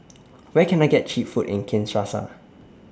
Where Can I get Cheap Food in Kinshasa